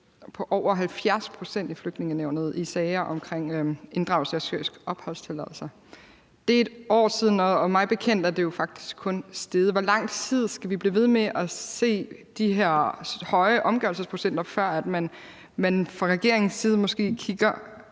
på over 70 pct. i Flygtningenævnet i sager om inddragelse af syriske opholdstilladelser. Det er et år siden, og mig bekendt er det faktisk kun steget. Hvor lang tid skal vi blive ved med at se de her høje omgørelsesprocenter, før man fra regeringens side måske kigger